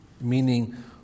meaning